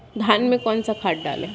धान में कौन सा खाद डालें?